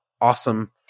awesome